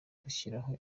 dushyiraho